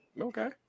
Okay